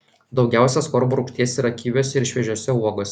daugiausia askorbo rūgšties yra kiviuose ir šviežiose uogose